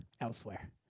elsewhere